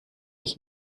ich